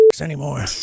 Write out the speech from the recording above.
anymore